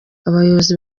abayobozi